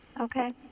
Okay